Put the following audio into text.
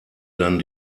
dann